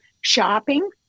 shopping